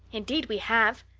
indeed we have,